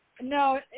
No